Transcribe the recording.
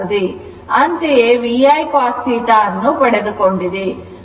ಅಂತೆಯೇ VIcos θ ಅನ್ನು ಪಡೆದುಕೊಂಡಿದೆ